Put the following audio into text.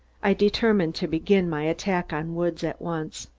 i determined to begin my attack on woods at once.